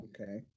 Okay